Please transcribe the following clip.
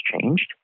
changed